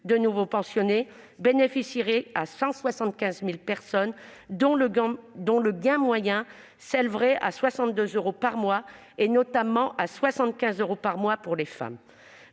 de nouveaux pensionnés, bénéficierait à 175 000 personnes, dont le gain moyen s'élèverait à 62 euros par mois et, notamment, à 75 euros par mois pour les femmes.